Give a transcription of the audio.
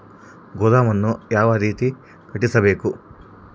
ಗೋದಾಮನ್ನು ಯಾವ ರೇತಿ ಕಟ್ಟಿಸಬೇಕು?